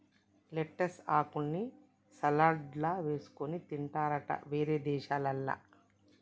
lettuce ఆకుల్ని సలాడ్లల్ల వేసుకొని తింటారట వేరే దేశాలల్ల